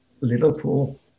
Liverpool